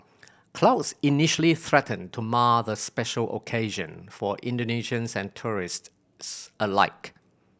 clouds initially threatened to mar the special occasion for Indonesians and tourists alike